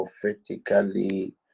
prophetically